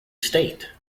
state